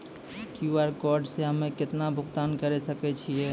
QR code से हम्मय केतना भुगतान करे सके छियै?